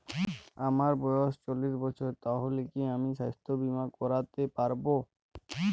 আমার বয়স চল্লিশ বছর তাহলে কি আমি সাস্থ্য বীমা করতে পারবো?